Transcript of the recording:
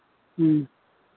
ह्म्म